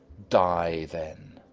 die, then!